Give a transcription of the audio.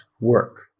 work